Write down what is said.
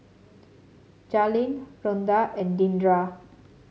Jaylyn Rhonda and Deandra